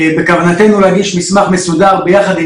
בכוונתנו להגיש מסמך מסודר יחד עם